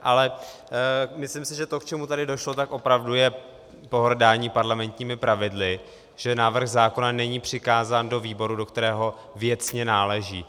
Ale myslím si, že to, k čemu tady došlo, tak opravdu je pohrdání parlamentními pravidly, že návrh zákona není přikázán do výboru, do kterého věcně náleží.